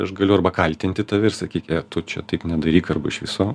aš galiu arba kaltinti tave ir sakyk ė tu čia taip nedaryk arba iš viso